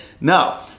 No